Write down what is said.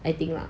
I think lah